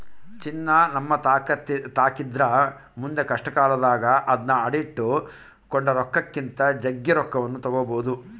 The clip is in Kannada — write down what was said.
ಚಿನ್ನ ನಮ್ಮತಾಕಿದ್ರ ಮುಂದೆ ಕಷ್ಟಕಾಲದಾಗ ಅದ್ನ ಅಡಿಟ್ಟು ಕೊಂಡ ರೊಕ್ಕಕ್ಕಿಂತ ಜಗ್ಗಿ ರೊಕ್ಕವನ್ನು ತಗಬೊದು